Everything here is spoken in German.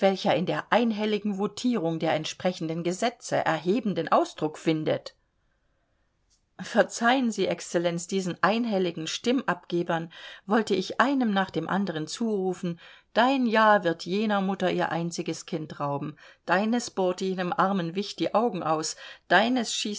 in der einhelligen votierung der entsprechenden gesetze erhebenden ausdruck findet verzeihen sie excellenz diesen einhelligen stimmabgebern wollte ich einem nach dem andern zurufen dein ja wird jener mutter ihr einziges kind rauben deines bohrt jenem armen wicht die augen aus